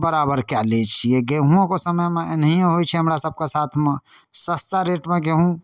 बराबर कऽ लै छिए गेहुँओके समयमे एनाहिए होइ छै हमरा सभके साथमे सस्ता रेटमे गेहूँ